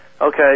Okay